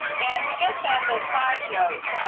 and just as a side note,